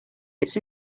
it’s